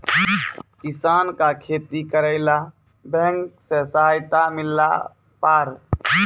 किसान का खेती करेला बैंक से सहायता मिला पारा?